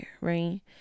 right